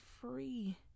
free